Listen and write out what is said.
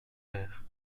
verts